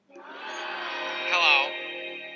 Hello